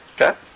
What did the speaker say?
Okay